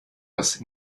das